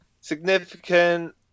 significant